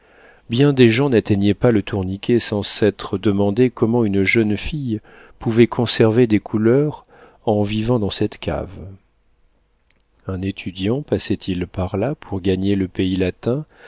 bien des gens n'atteignaient pas le tourniquet sans s'être demandé comment une jeune fille pouvait conserver des couleurs en vivant dans cette cave un étudiant passait-il par là pour gagner le pays latin